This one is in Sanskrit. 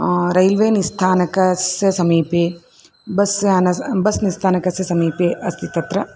रैल्वे निस्थानकस्य समीपे बस् यानं बस् निस्थानकस्य समीपे अस्ति तत्र